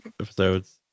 episodes